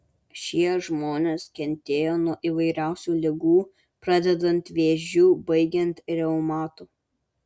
šie žmonės kentėjo nuo įvairiausių ligų pradedant vėžiu baigiant reumatu